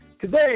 Today